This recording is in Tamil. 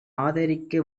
ஆதரிக்க